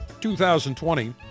2020